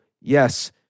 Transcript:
yes